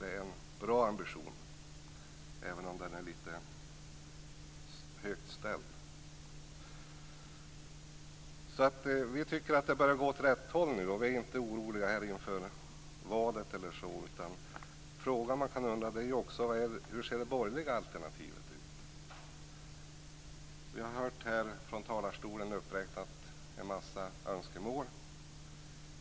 Det är en bra ambition även om den är litet högt ställd. Vi tycker att det börjar gå åt rätt håll, så vi är inte oroliga för valet. Frågan som man kan ställa sig är: Hur ser det borgerliga alternativet ut? Vi har hört här från talarstolen en mängd önskemål uppräknade.